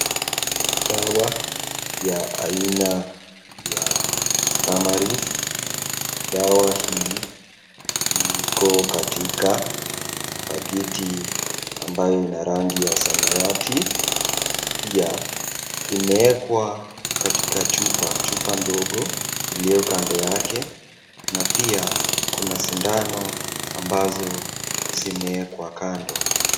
Dawa ya aina ya starmry , dawa hii iko katika pakiti ambayo ina rangi ya samawati ,pia imewekwa katika chupa, chupa ndogo iliyo kando yake na pia kuna sidano ambazo zimewekwa kando.